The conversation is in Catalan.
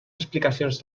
explicacions